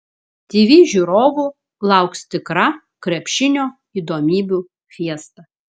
tv žiūrovų lauks tikra krepšinio įdomybių fiesta